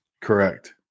Correct